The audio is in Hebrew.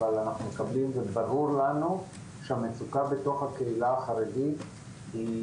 אבל אנחנו מקבלים וברור לנו שהמצוקה בתוך הקהילה החרדית היא